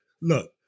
look